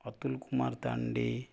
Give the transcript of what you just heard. Atul Kumar Tandi